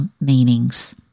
Meanings